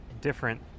different